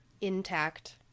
intact